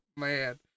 man